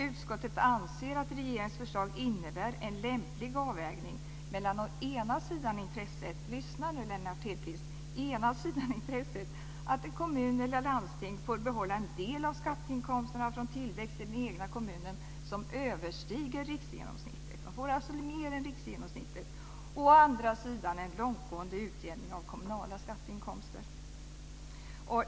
Utskottet anser att regeringens förslag innebär en lämplig avvägning mellan - lyssna nu Lennart Hedquist - å ena sidan intresset att en kommun eller ett landsting får behålla en del av skatteinkomsterna från tillväxt i den egna kommunen som överstiger riksgenomsnittet - man får alltså mer än riksgenomsnittet - och å andra sidan en långtgående utjämning av kommunala skatteinkomster.